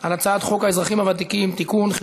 על הצעת חוק האזרחים הוותיקים (תיקון,